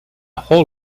whole